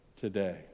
today